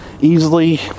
easily